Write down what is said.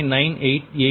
9888 j 0